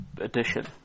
edition